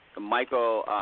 Michael